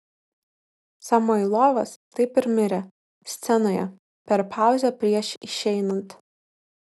samoilovas taip ir mirė scenoje per pauzę prieš išeinant